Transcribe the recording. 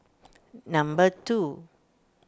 number two